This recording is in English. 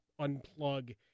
unplug